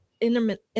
intermittent